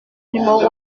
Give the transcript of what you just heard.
numéro